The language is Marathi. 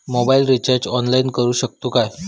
मोबाईल रिचार्ज ऑनलाइन करुक शकतू काय?